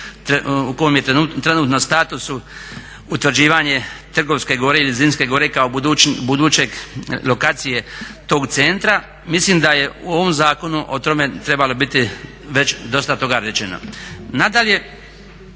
u kojem je trenutno statusu utvrđivanje Trgovske gore i Zrinske gore kao buduće lokacije tog centra. Mislim da je u ovom zakonu o tome trebalo biti već dosta toga rečeno.